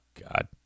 God